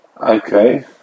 Okay